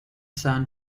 san